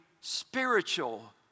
spiritual